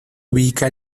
ubica